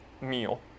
meal